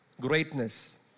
greatness